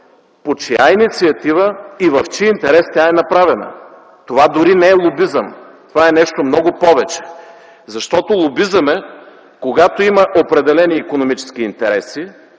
по чия инициатива и в чий интерес тя е направена? Това дори не е лобизъм, това е нещо много повече. Защото лобизъм е, когато има определени икономически интереси,